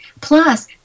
Plus